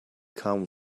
come